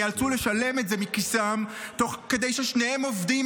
יאלצו לשלם את זה מכיסן תוך כדי ששניהם עובדים,